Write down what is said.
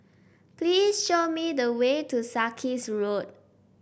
please show me the way to Sarkies Road